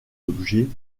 objet